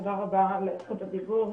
תודה רבה על זכות הדיבור,